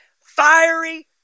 fiery